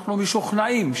אנחנו משוכנעים,